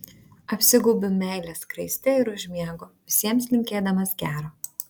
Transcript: apsigaubiu meilės skraiste ir užmiegu visiems linkėdamas gero